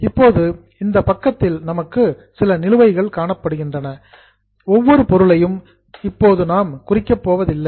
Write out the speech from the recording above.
இப்போது இந்த பக்கத்தில் நமக்கு சில நிலுவைகள் காணப்படுகின்றன ஒவ்வொரு பொருளையும் இப்போது நாம் குறிக்கப் போவதில்லை